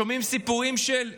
שומעים סיפורים של אי-ודאות.